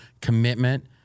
commitment